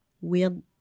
weird